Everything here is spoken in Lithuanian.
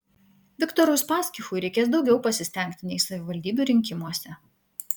viktorui uspaskichui reikės daugiau pasistengti nei savivaldybių rinkimuose